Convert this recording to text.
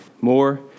more